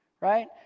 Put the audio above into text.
right